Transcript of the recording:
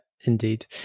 indeed